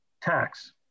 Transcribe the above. tax